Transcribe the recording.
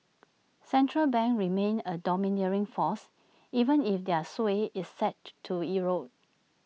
central banks remain A domineering force even if their sway is set to erode